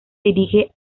dirige